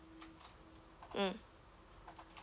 mm